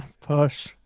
Push